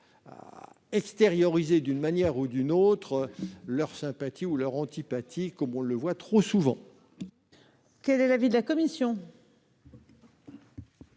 extérioriser, d'une manière ou d'une autre, une sympathie ou une antipathie quelconque, comme on le voit trop souvent ! Quel est l'avis de la commission ?